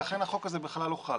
ולכן החוק הזה בכלל לא חל.